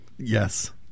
Yes